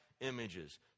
images